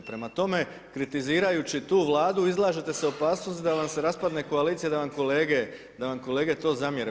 Prema tome, kritizirajući tu vladu izlažete se u opasnost da vam se raspadne koalicija, da vam kolege to zamjere.